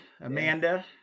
amanda